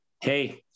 Hey